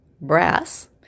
brass